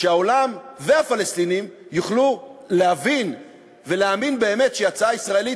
שהעולם והפלסטינים יוכלו להבין ולהאמין באמת שהיא הצעה ישראלית